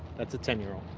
that's a ten year old.